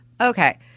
okay